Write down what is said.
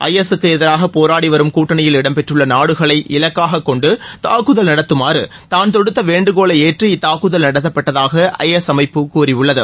ஐ S ஸுக்கு எதிராக போராடி வரும் கூட்டணியில் இடம்பெற்றுள்ள நாடுகளை இலக்காகக்கொண்டு தாக்குதல் நடத்துமாறு தான் கொடுத்த வேண்டுகோளை ஏற்று இத்தாக்குதல் நடத்தப்பட்டதாக ஐ எஸ் அமைப்பு கூறியுள்ளது